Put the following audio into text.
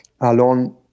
alone